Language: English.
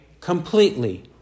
completely